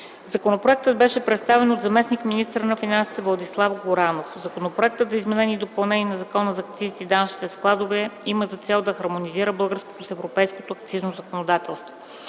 Законопроектът беше представен от заместник-министъра на финансите Владислав Горанов. Законопроектът за изменение и допълнение на Закона за акцизите и данъчните складове има за цел да хармонизира българското с европейското акцизно законодателство.